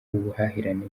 ubuhahirane